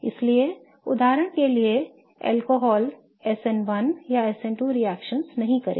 इसलिए उदाहरण के लिए अल्कोहल SN1 या SN2 रिएक्शन नहीं करेगा